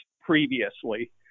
previously